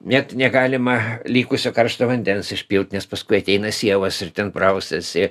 net negalima likusio karšto vandens išpilt nes paskui ateina sielos ir ten prausiasi